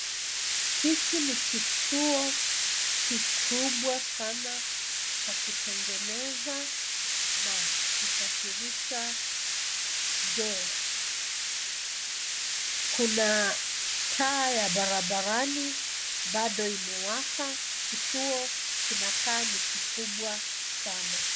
Hiki ni kituo kikubwa sana cha kutengeneza na kusafirisha gasi ,Taa ya barabarani bado imewaka kituo kinakaa ni kikubwa sana.